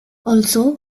also